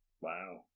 wow